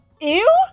Ew